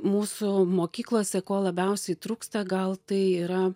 mūsų mokyklose ko labiausiai trūksta gal tai yra